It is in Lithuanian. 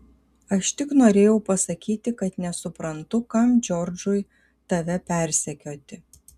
aš tik norėjau pasakyti kad nesuprantu kam džordžui tave persekioti